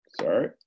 Sorry